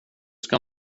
ska